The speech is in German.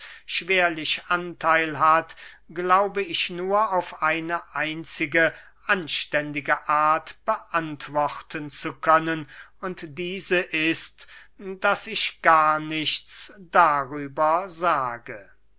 schwerlich antheil hat glaube ich nur auf eine einzige anständige art beantworten zu können und diese ist daß ich gar nichts darüber sage